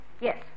Yes